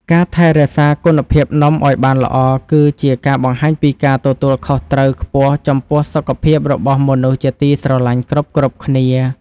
ការថែរក្សាគុណភាពនំឱ្យបានល្អគឺជាការបង្ហាញពីភាពទទួលខុសត្រូវខ្ពស់ចំពោះសុខភាពរបស់មនុស្សជាទីស្រឡាញ់គ្រប់ៗគ្នា។